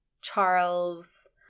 charles